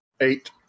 Eight